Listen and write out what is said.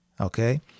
Okay